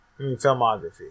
filmography